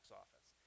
office